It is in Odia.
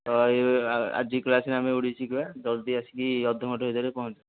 ତ ଆଜି କ୍ଲାସ୍ରେ ଆମେ ଓଡ଼ିଶୀ ଶିଖିବା ଜଲ୍ଦି ଆସିକି ଅଧଘଣ୍ଟେ ଭିତରେ ପହଞ୍ଚ